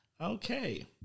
Okay